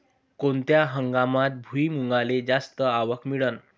कोनत्या हंगामात भुईमुंगाले जास्त आवक मिळन?